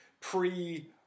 pre